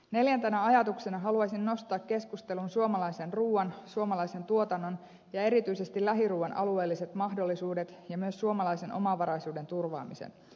neljäntenä ajatuksena haluaisin nostaa keskusteluun suomalaisen ruuan suomalaisen tuotannon ja erityisesti lähiruuan alueelliset mahdollisuudet ja myös suomalaisen omavaraisuuden turvaamisen